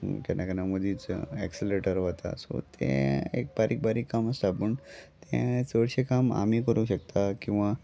केन्ना केन्ना मदींच ऍक्सिललेटर वता सो तें एक बारीक बारीक काम आसता पूण तें चडशें काम आमी करूं शकता किंवा